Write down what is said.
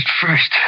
first